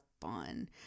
fun